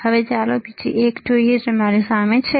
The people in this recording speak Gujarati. હવે ચાલો બીજી એક જોઈએ જે મારી સામે છે